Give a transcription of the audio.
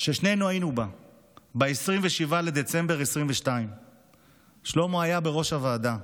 ששנינו היינו בה ב-27 בדצמבר 2022. שלמה היה בראש הוועדה,